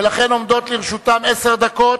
ולכן עומדות לרשותם עשר דקות.